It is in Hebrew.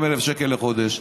80,000 שקל לחודש.